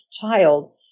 child